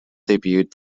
debuted